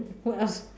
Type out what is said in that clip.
who else